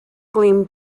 gleamed